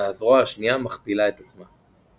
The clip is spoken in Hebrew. והזרוע השנייה מכפילה את עצמה.